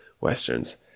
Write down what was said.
Westerns